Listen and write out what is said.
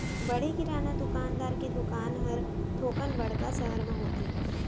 बड़े किराना दुकानदार के दुकान हर थोकन बड़का सहर म होथे